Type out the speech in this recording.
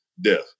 death